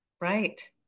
Right